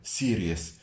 serious